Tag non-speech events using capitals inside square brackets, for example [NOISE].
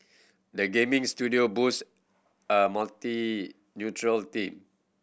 the gaming studio boast a [UNINTELLIGIBLE] team